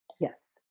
Yes